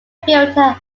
filter